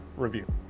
review